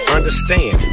Understand